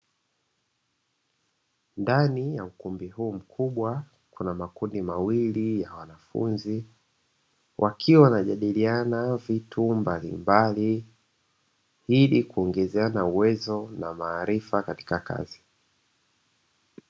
Ndani ya ukumbi huu mkubwa, kuna makundi mawili ya wanafunzi, wakiwa wanajadiliana vitu mbalimbali, ili kuongezeana uwezo na maarifa katika kazi.